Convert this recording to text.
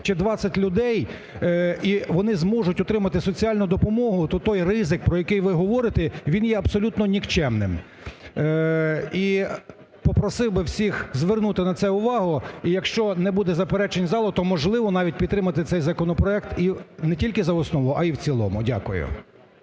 чи 20 людей і вони зможуть отримати соціальну допомогу, то той ризик, про який ви говорите, він є абсолютно нікчемним. І попросив би всіх звернути на це увагу і, якщо не буде не заперечень залу, то, можливо, навіть підтримати цей законопроект і не тільки за основу, а й в цілому. Дякую.